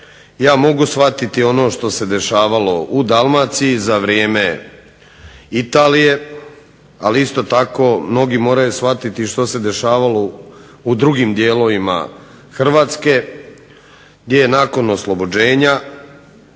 Ja mogu shvatiti ono što se dešavalo u Dalmaciji za vrijeme Italije, ali isto tako mnogi moraju shvatiti što se dešavalo u drugim dijelovima Hrvatske gdje je nakon oslobođenja